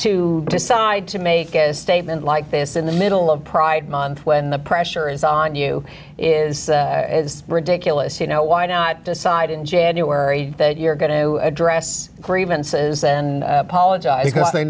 to decide to make a statement like this in the middle of pride month when the pressure is on you is ridiculous you know why not decide in january that you're going to address grievances and apologize